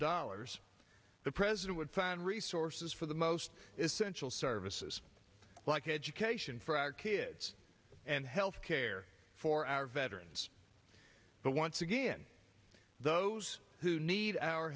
dollars the president would find resources for the most essential services like education for our kids and health care for our veterans but once again those who need our